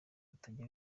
atajya